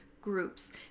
groups